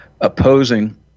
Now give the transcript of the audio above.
opposing